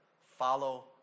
Follow